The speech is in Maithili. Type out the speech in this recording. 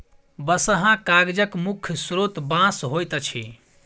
बँसहा कागजक मुख्य स्रोत बाँस होइत अछि